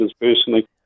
personally